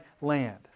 land